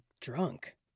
drunk